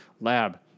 lab